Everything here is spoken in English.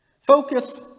Focus